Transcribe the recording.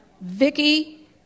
Vicky